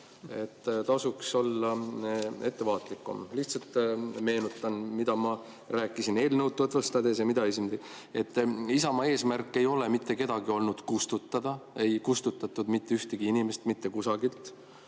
Tasuks olla ettevaatlikum. Lihtsalt meenutan, mida ma rääkisin eelnõu tutvustades ja mida esinedes. Isamaa eesmärk ei ole olnud mitte kedagi kustutada, ei kustutatud mitte ühtegi inimest mitte kusagilt.